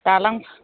दालां